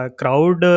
crowd